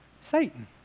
Satan